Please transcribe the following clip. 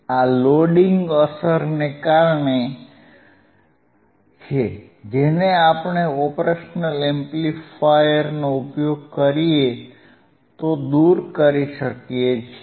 આ લોડિંગ અસરને કારણે છે જેને આપણે ઓપરેશનલ એમ્પ્લીફાયર નો ઉપયોગ કરીએ તો દૂર કરી શકીએ છીએ